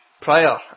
prior